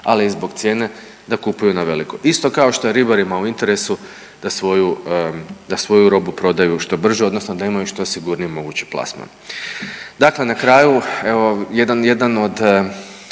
ali i zbog cijene da kupuju na veliko, isto kao što je ribarima u interesu da svoju robu, da svoju robu prodaju što brže odnosno da imaju što sigurniji mogući plasman. Dakle na kraju evo,